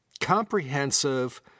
comprehensive